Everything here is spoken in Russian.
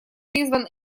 призван